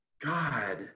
God